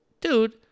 dude